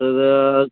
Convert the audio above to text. तर